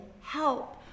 help